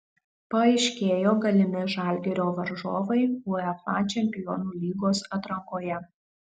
paaiškėjo galimi žalgirio varžovai uefa čempionų lygos atrankoje